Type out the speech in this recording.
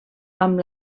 amb